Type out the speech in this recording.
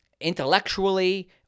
intellectually